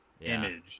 image